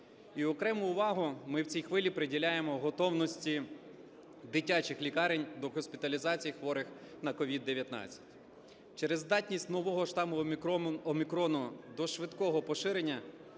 окрему увагу ми в цій хвилі приділяємо готовності дитячих лікарень до госпіталізації хворих на COVID-19. Через здатність нового штаму "Омікрону" до швидкого поширення